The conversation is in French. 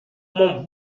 mon